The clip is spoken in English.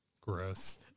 Gross